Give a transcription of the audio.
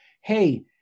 Hey